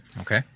Okay